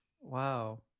Wow